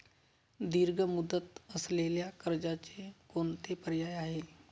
दीर्घ मुदत असलेल्या कर्जाचे कोणते पर्याय आहे?